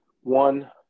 one